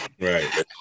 Right